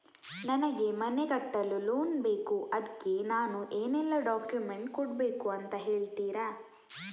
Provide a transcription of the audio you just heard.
ನನಗೆ ಮನೆ ಕಟ್ಟಲು ಲೋನ್ ಬೇಕು ಅದ್ಕೆ ನಾನು ಏನೆಲ್ಲ ಡಾಕ್ಯುಮೆಂಟ್ ಕೊಡ್ಬೇಕು ಅಂತ ಹೇಳ್ತೀರಾ?